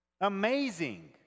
Amazing